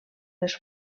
les